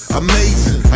amazing